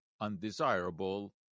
undesirable